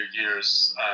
years